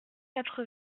quatre